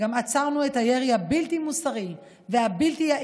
גם עצרנו את הירי הבלתי-מוסרי והבלתי-יעיל